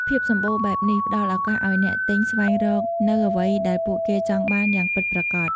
ភាពសម្បូរបែបនេះ ផ្ដល់ឱកាសឱ្យអ្នកទិញស្វែងរកនូវអ្វីដែលពួកគេចង់បានយ៉ាងពិតប្រាកដ។